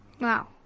Wow